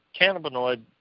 cannabinoid